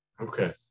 okay